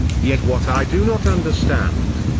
yet what i do not understand,